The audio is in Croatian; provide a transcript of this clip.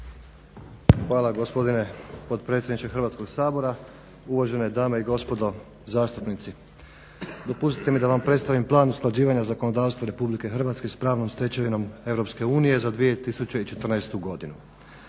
Hvala gospodine potpredsjedniče Hrvatskog sabora. Uvažene dame i gospodo zastupnici. Dopustite mi da vam predstavim Plan usklađivanja zakonodavstva RH s pravnom stečevinom EU za 2014. godinu.